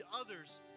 others